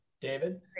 David